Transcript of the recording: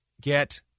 get